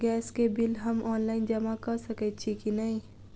Gas केँ bill हम online जमा कऽ सकैत छी की नै?